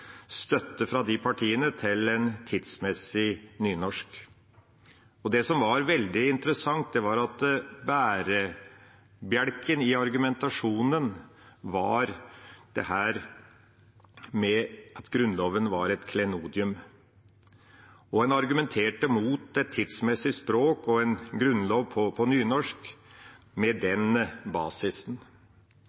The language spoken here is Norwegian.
støtte fra de partiene til en tidsmessig nynorsk. Det som var veldig interessant, var at bærebjelken i argumentasjonen var dette med at Grunnloven var et klenodium. En argumenterte mot et tidsmessig språk og en Grunnlov på nynorsk med den basisen.